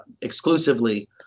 exclusively